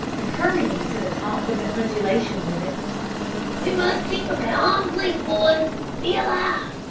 and hurrying to the top of the undulation with it we must keep them at arm's length, boys be alive.